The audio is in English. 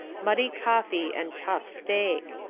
muddy coffee and tough, steak.